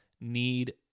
need